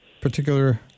particular